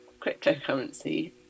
cryptocurrency